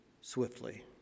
swiftly